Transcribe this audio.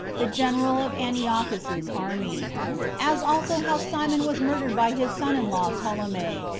the general of antiochus's army as also how simon was murdered by his son in-law ptolemy,